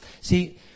See